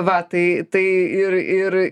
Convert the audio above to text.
va tai tai ir ir